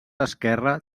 esquerre